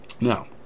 Now